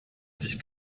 sich